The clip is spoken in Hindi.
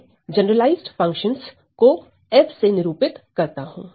मैं जनरलाइज्ड फंक्शनस को f से निरूपित करता हूं